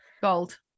Gold